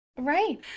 Right